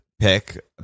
pick